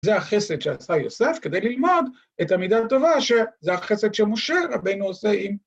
‫זה החסד שעשה יוסף ‫כדי ללמוד את המידה הטובה, ‫שזה החסד שמשה רבנו עושה עם...